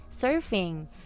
surfing